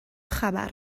خبر